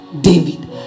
David